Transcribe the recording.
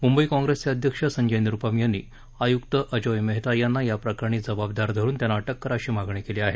मुंबई कॉंप्रिसचे अध्यक्ष संजय निरुपम यांनी आयुक्त अजोय मेहता यांना या प्रकरणी जबाबदार धरून त्यांना अटक करा अशी मागणी केली आहे